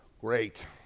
Great